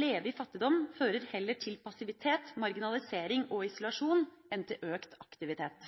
leve i fattigdom fører heller til passivitet, marginalisering og isolasjon, enn til økt aktivitet.»